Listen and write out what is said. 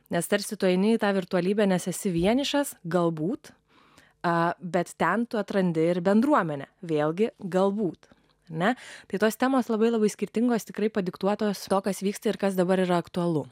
nes tarsi tu eini į tą virtualybę nes esi vienišas galbūt a bet ten tu atrandi ir bendruomenę vėlgi galbūt ne tai tos temos labai labai skirtingos tikrai padiktuotos to kas vyksta ir kas dabar yra aktualu